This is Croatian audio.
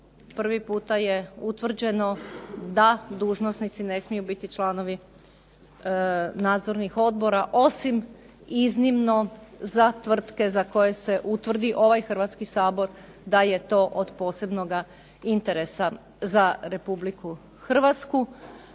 prvi puta je utvrđeno da dužnosnici ne smiju biti članovi nadzornih odbora osim iznimno za tvrtke za koje se utvrdi ovaj Hrvatski sabor da je to od posebnoga interesa za Republiku Hrvatsku.